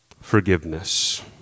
forgiveness